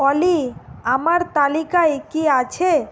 অলি আমার তালিকায় কী আছে